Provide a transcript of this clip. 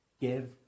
give